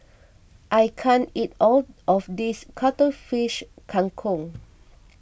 I can't eat all of this Cuttlefish Kang Kong